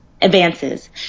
advances